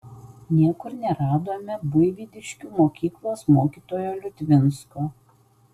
niekur neradome buivydiškių mokyklos mokytojo liutvinsko